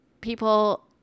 people